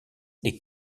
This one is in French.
les